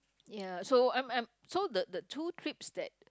ya so I'm I'm so the the two trips that